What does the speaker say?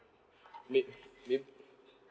make yup